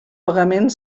pagament